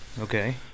okay